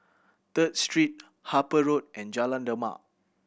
Third Street Harper Road and Jalan Demak